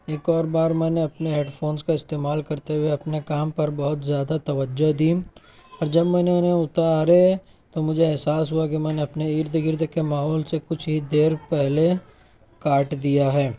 ایک اور بار میں نے اپنے ہیڈ فونس کا استعمال کرتے ہوئے اپنے کام پر بہت زیادہ توجہ دی اور جب میں نے انہیں اتارے تو مجھے احساس ہوا کہ میں نے اپنے ارد گرد کے ماحول سے کچھ ہی دیر پہلے کاٹ دیا ہے